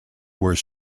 where